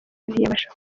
ntiyabasha